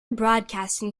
broadcasting